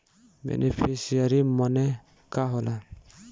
Beneficiary मने का होला?